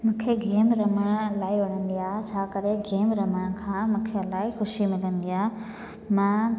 मूंखे गेम रमण इलाही वणंदी आहे छा करे गेम रमण खां मूंखे इलाही ख़ुशी मिलंदी आहे मां